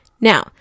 Now